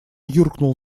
юркнул